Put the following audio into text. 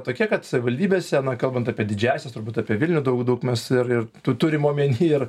tokia kad savivaldybėse na kalbant apie didžiąsias turbūt apie vilnių daug daug mes ir ir tu turim omeny